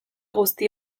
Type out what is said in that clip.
guzti